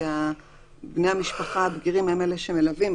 כי בני המשפחה הבגירים הם אלה שמלווים,